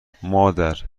مادر